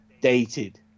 dated